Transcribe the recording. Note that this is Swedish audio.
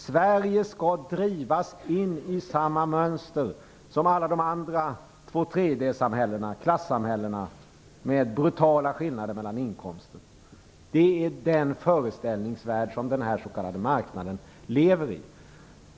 Sverige skall drivas in i samma mönster som alla de andra tvåtredjedelssamhällena, klassamhällena, med brutala inkomstskillnader. Det är den föreställningsvärld som denna s.k. marknad lever i.